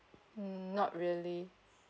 mm not really